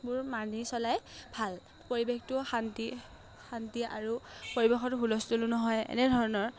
মোৰ মানি চলাই ভাল পৰিৱেশটো শান্তি শান্তি আৰু পৰিৱেশত হুলস্থুলো নহয় এনেধৰণৰ